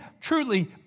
truly